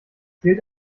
zählt